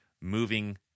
moving